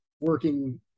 working